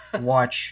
watch